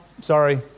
sorry